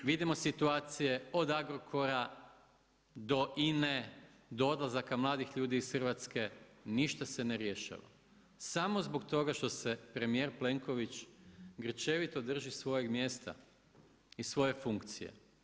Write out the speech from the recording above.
Vidimo situacije od Agrokora do INA-e, do odlazaka mladih ljudi iz Hrvatske, ništa se ne rješava samo zbog toga što se premijer Plenković grčevito drži svojeg mjesta i svoje funkcije.